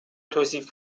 توصیف